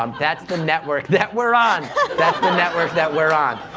um that's the network that we're on! that's the network that we're on.